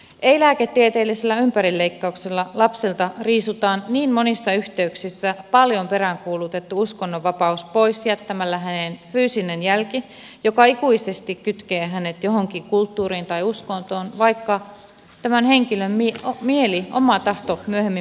ei lääketieteellisellä ympärileikkauksella lapselta riisutaan niin monissa yhteyksissä paljon peräänkuulutettu uskonnonvapaus pois jättämällä häneen fyysinen jälki joka ikuisesti kytkee hänet johonkin kulttuuriin tai uskontoon vaikka tämän henkilön mieli oma tahto myöhemmin muuttuisikin